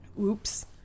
Oops